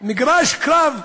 למגרש קרב,